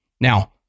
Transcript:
Now